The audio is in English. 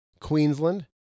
Queensland